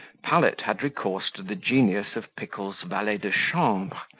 pallet had recourse to the genius of pickle's valet-de-chambre,